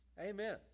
Amen